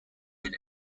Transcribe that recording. been